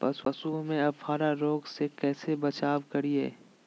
पशुओं में अफारा रोग से कैसे बचाव करिये?